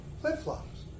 flip-flops